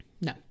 No